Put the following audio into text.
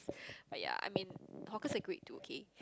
but ya I mean hawkers are great too okay